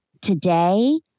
Today